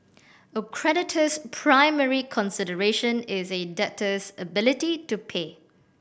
a creditor's primary consideration is a debtor's ability to pay